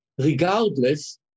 regardless